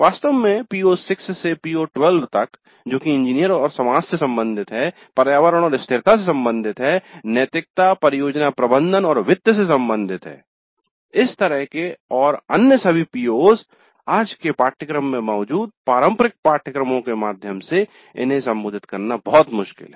वास्तव में PO6 से PO12 तक जो कि इंजीनियर और समाज से संबंधित हैं पर्यावरण और स्थिरता से संबंधित हैं नैतिकता परियोजना प्रबंधन और वित्त से संबंधित हैं इस तरह के और अन्य सभी PO's आज के पाठ्यक्रम में मौजूद पारंपरिक पाठ्यक्रमों के माध्यम से इन्हें संबोधित करना बहुत मुश्किल है